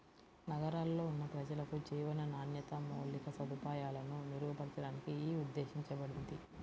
నగరాల్లో ఉన్న ప్రజలకు జీవన నాణ్యత, మౌలిక సదుపాయాలను మెరుగుపరచడానికి యీ ఉద్దేశించబడింది